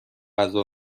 غذا